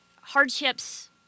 hardships